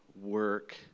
work